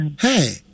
Hey